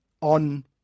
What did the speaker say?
on